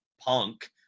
punk